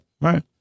right